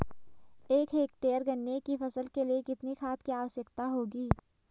एक हेक्टेयर गन्ने की फसल के लिए कितनी खाद की आवश्यकता होगी?